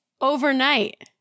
Overnight